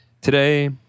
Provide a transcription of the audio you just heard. today